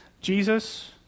Jesus